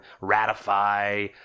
ratify